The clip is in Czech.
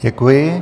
Děkuji.